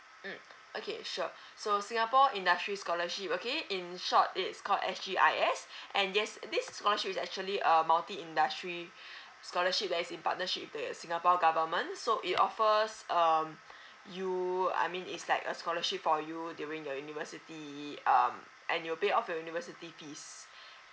mm okay sure so singapore industry scholarship okay in short it's called S C I S and yes this scholarship is actually a multi industry scholarship that is in partnership with the singapore government so it offers um you I mean it's like a scholarship for you during your university um and you pay off your university fees